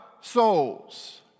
souls